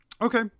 Okay